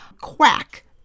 Quack